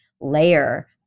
layer